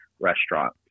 restaurant